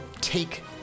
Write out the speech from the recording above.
take